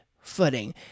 footing